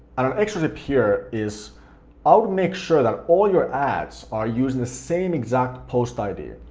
and um actually up here is i would make sure that all your ads are using the same exact post id.